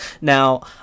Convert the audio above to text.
Now